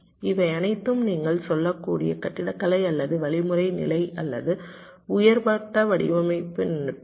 இவை அனைத்தும் நீங்கள் சொல்லக்கூடிய கட்டிடக்கலை அல்லது வழிமுறை நிலை அல்லது உயர் மட்ட வடிவமைப்பு நுட்பங்கள்